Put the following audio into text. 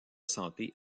santé